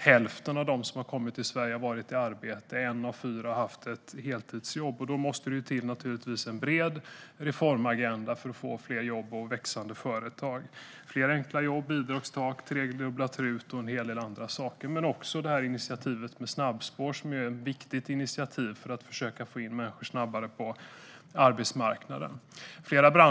hälften av dem som har kommit till Sverige varit i arbete. En av fyra har haft ett heltidsjobb. Då måste det naturligtvis till en bred reformagenda för att få fler jobb och växande företag. Det handlar om fler enkla jobb, bidragstak, tredubblat RUT och en hel del andra saker. Det handlar också om initiativet med snabbspår, som är ett viktigt initiativ för att försöka få in människor snabbare på arbetsmarknaden. Herr talman!